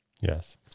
Yes